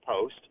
Post